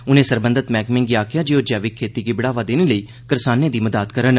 उनें सरबंघत मैह्कमें गी आखेआ जे ओह् जैविक खेती गी बढ़ावा देने लेई करसानें दी मदाद करन